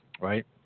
right